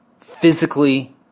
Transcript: physically